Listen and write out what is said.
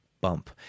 bump